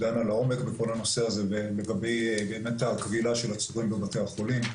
דנה לעומק בכל הנושא הזה לגבי באמת הכבילה של עצורים בבתי החולים,